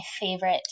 favorite